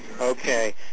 Okay